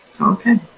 Okay